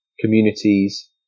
communities